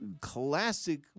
classic